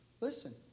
listen